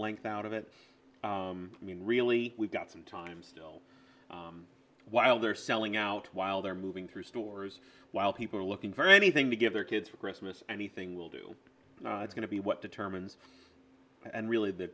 length out of it i mean really we've got some times while they're selling out while they're moving through stores while people are looking for anything to give their kids for christmas anything will do is going to be what determines and really th